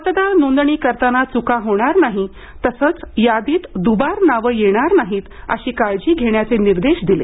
मतदार नोंदणी करतांना च्रका होणार नाही तसंच यादीत दुबार नावं येणार नाहीत अशी काळजी घेण्याचे निर्देश दिले